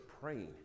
praying